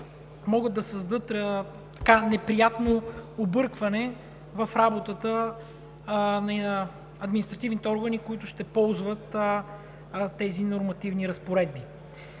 могат да създадат неприятно объркване в работата на административните органи, които ще ползват тези нормативни разпоредби.